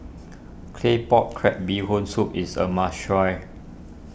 Claypot Crab Bee Hoon Soup is a must try